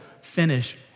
finish